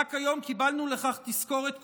ורק היום קיבלנו לכך תזכורת כואבת.